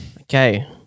Okay